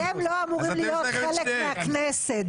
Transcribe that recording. אתם לא אמורים להיות חלק מהכנסת.